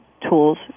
tools